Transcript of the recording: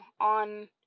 on